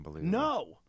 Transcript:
No